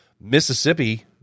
Mississippi